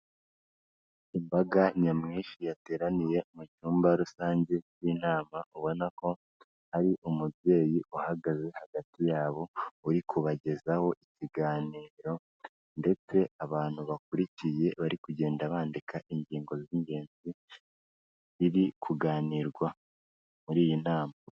Imbaga nyamwinshi yateraniye mu cyumba rusange cy'inama, ubona ko ari umubyeyi uhagaze hagati yabo, uri kubagezaho ikiganiro, ndetse abantu bakurikiye bari kugenda bandika ingingo z'ingenzi, ziri kuganirwa muri iyi nama.